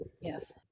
Yes